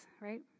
right